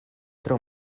tro